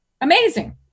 Amazing